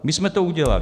My jsme to udělali.